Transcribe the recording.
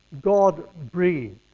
God-breathed